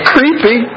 Creepy